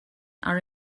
are